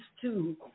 two